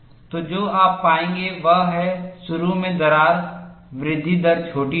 तो जो आप पाएंगे वह है शुरू में दरार वृद्धि दर छोटी होगी